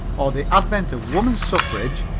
or the advent of woman suffrage,